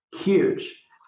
huge